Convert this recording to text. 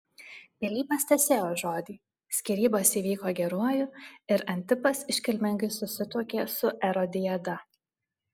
pilypas tesėjo žodį skyrybos įvyko geruoju ir antipas iškilmingai susituokė su erodiada